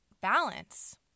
balance